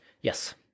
yes